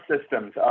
systems